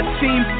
team